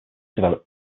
developed